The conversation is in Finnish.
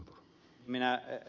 minä ed